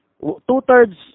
two-thirds